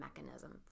mechanism